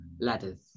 ladders